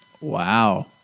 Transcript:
wow